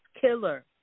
killer